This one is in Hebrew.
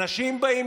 אנשים באים,